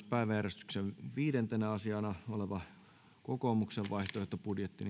päiväjärjestyksen viidentenä asiana on kokoomuksen vaihtoehtobudjetti